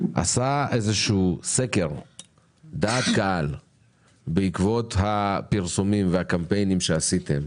עשתה סקר דעת קהל בעקבות הפרסומים והקמפיינים שעשיתם,